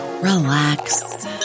relax